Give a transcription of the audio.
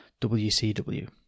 WCW